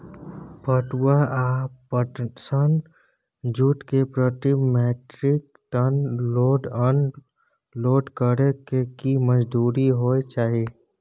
पटुआ या पटसन, जूट के प्रति metric ton load unload करै के की मजदूरी होय चाही?